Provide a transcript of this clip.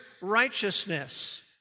righteousness